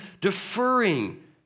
deferring